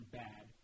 bad